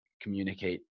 communicate